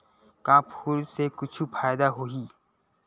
का फूल से कुछु फ़ायदा होही?